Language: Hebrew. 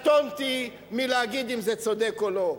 קטונתי מלהגיד אם זה צודק או לא,